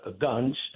guns